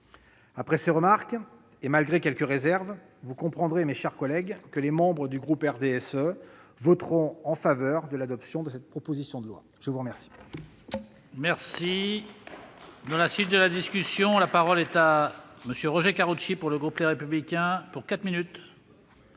Après ces remarques, et malgré quelques réserves, vous comprendrez, mes chers collègues, que les membres du groupe du RDSE voteront en faveur de cette proposition de loi. La parole